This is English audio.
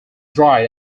dried